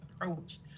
approach